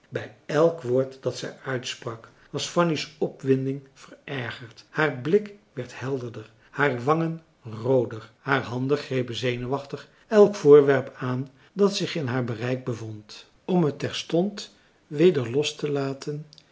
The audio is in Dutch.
bij elk woord dat zij uitsprak was fanny's opwinding verergerd haar blik werd helderder hare wangen rooder haar handen grepen zenuwachtig elk voorwerp aan dat zich in haar bereik bevond om het terstond weder lostelaten en een